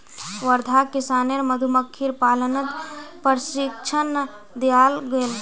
वर्धाक किसानेर मधुमक्खीर पालनत प्रशिक्षण दियाल गेल